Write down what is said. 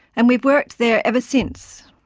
and we have worked there ever since.